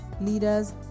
leaders